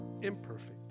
imperfect